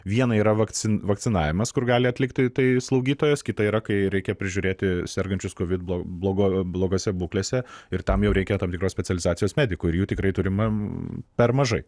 viena yra vakcin vakcinavimas kur gali atlikti tai slaugytojos kita yra kai reikia prižiūrėti sergančius covid blo blogo blogose būklėse ir tam jau reikia tam tikros specializacijos medikų ir jų tikrai turime per mažai